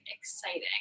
exciting